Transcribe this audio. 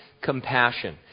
compassion